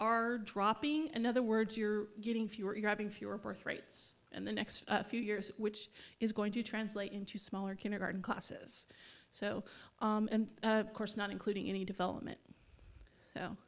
are dropping in other words you're getting fewer having fewer birth rates and the next few years which is going to translate into smaller kindergarten classes so of course not including any development